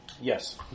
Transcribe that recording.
Yes